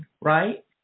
right